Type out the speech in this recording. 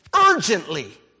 urgently